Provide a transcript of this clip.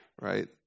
Right